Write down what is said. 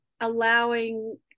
allowing